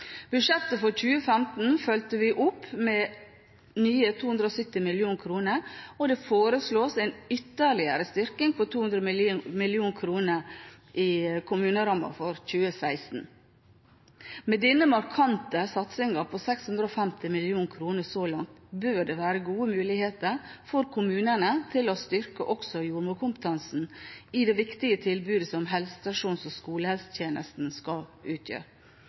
budsjettet for 2015 fulgte vi opp med nye 270 mill. kr, og det foreslås en ytterligere styrking på 200 mill. kr gjennom kommunerammen for 2016. Med denne markante satsingen på 650 mill. kr så langt bør det være gode muligheter for kommunene til å styrke også jordmorkompetansen i det viktige tilbudet som helsestasjons- og skolehelsetjenesten skal utgjøre.